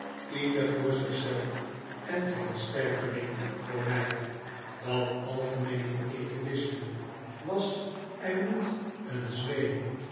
leder voor zich zelf en geen sterveling voor mij dat algemeene egoisme was er niet een zweem